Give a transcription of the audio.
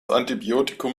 antibiotikum